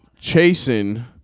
chasing –